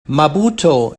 maputo